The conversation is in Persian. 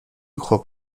خوب